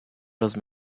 los